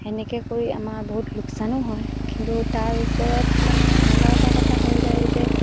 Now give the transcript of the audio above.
তেনেকৈ কৰি আমাৰ বহুত লোকচানো হয় কিন্তু তাৰ ওপৰত মানে এনেকুৱা এটা কথা হৈ যায় যে